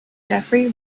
jeffery